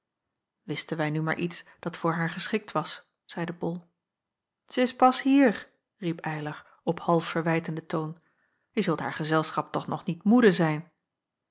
wisten wij nu maar iets dat voor haar geschikt was zeide bol zij is pas hier riep eylar op half verwijtenden toon je zult haar gezelschap toch nog niet moede zijn